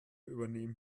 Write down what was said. übernehmen